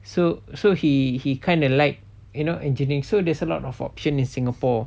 so so he he kind of like you know engineering so there's a lot of option in singapore